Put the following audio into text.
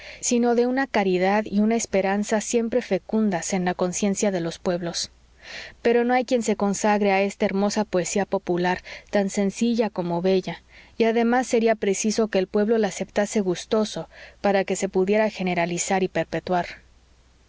sino de una caridad y una esperanza siempre fecundas en la conciencia de los pueblos pero no hay quien se consagre a esta hermosa poesía popular tan sencilla como bella y además sería preciso que el pueblo la aceptase gustoso para que se pudiera generalizar y perpetuar